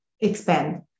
expand